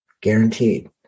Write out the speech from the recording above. Guaranteed